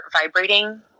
vibrating